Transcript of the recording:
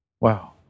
Wow